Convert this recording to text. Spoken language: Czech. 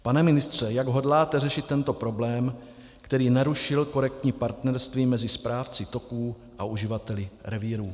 Pane ministře, jak hodláte řešit tento problém, který narušil korektní partnerství mezi správci toků a uživateli revírů?